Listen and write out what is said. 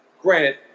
Granted